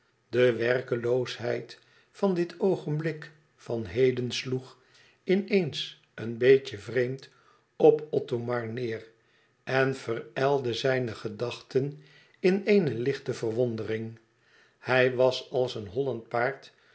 de werkeloosheid van dit oogenblik van heden sloeg in eens een beetje vreemd op othomar neêr en verijlde zijne gedachten in eene lichte verwondering hij was als een hollend paard